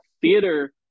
Theater